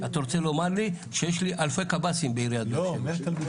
אתה רוצה לומר לי שיש לי אלפי קבסי"ם בעיריית באר-שבע.